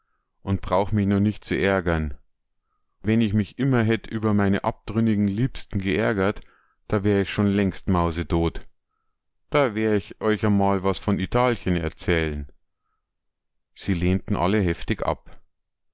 und prauch mich nu nich zu ärgern wenn ich mich immer hätt über meine abdrünnigen liebsten geärgert da wär ich schon längst mausedot da wär ich euch amal was von idalchen erzählen sie lehnten alle heftig ab